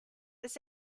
these